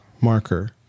marker